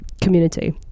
community